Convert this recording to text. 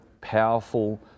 powerful